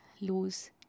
lose